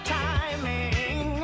timing